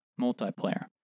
multiplayer